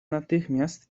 natychmiast